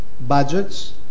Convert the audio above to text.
budgets